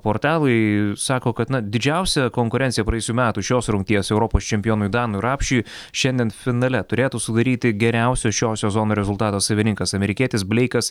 portalai sako kad na didžiausia konkurencija praėjusių metų šios rungties europos čempionui danui rapšiui šiandien finale turėtų sudaryti geriausio šio sezono rezultato savininkas amerikietis bleikas